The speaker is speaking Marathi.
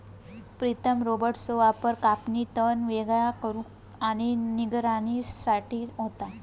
प्रीतम रोबोट्सचो वापर कापणी, तण वेगळा करुक आणि निगराणी साठी होता